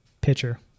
pitcher